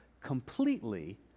completely